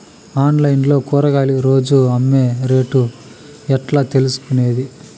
Online లో కూరగాయలు రోజు అమ్మే రేటు ఎట్లా తెలుసుకొనేది?